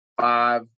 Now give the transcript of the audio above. Five